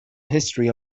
history